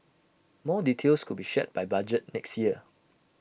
more details could be shared by budget next year